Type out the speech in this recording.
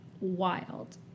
wild